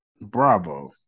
Bravo